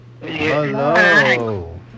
Hello